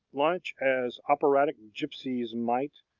lunch as operatic gypsies might,